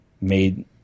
made